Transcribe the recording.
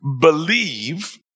believe